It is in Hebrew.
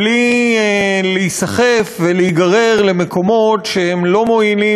בלי להיסחף ולהיגרר למקומות שהם לא מועילים